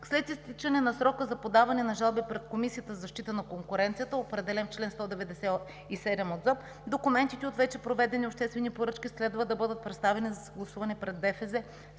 След изтичане на срока за подаване на жалби пред Комисията за защита на конкуренцията, определен в чл. 197 от Закона за обществените поръчки, документите от вече проведени обществени поръчки следва да бъдат представени за съгласуване пред